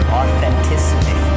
authenticity